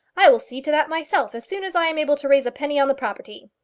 i will see to that myself as soon as i am able to raise a penny on the property.